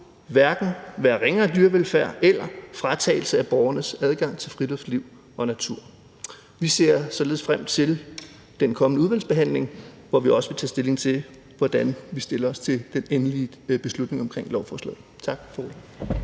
hverken være ringere dyrevelfærd eller fratagelse af borgernes adgang til friluftsliv og natur. Vi ser således frem til den kommende udvalgsbehandling, hvor vi også vil tage stilling til, hvordan vi stiller os til den endelige beslutning vedrørende lovforslaget. Tak for ordet.